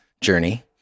journey